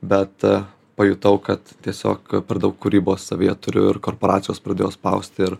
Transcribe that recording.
bet pajutau kad tiesiog per daug kūrybos savyje turiu ir korporacijos pradėjo spausti ir